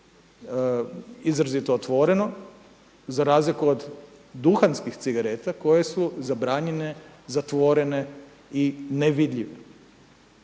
izrazito otvoreno za razliku od duhanskih cigareta koje su zabranjene, zatvorene i nevidljive.